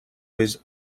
his